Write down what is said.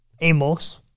Amos